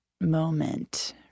moment